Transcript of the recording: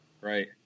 Right